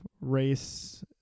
race –